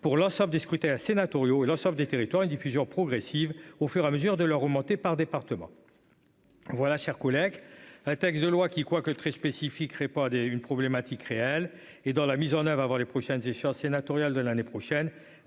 pour l'ensemble des scruté à sénatoriaux l'ensemble des territoires et diffusion progressive au fur et à mesure de leur augmenter par département. Voilà, chers collègues. Un texte de loi qui, quoi que très spécifique, pas d'une problématique, réelle et dans la mise en oeuvre à avoir les prochaines échéances sénatoriales de l'année prochaine